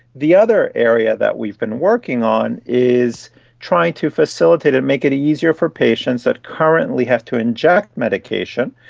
the other area that we've been working on is trying to facilitate and make it easier for patients that currently have to inject medication,